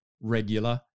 regular